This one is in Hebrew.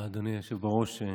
אדוני היושב-ראש,